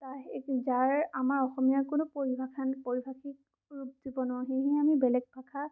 যাৰ আমাৰ অসমীয়াৰ কোনো পৰিভাষা পৰিভাষিক ৰূপ জীৱনৰ সেয়েহে আমি বেলেগ ভাষা